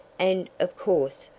and, of course,